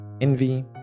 envy